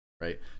right